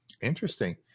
interesting